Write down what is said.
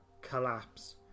collapse